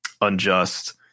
unjust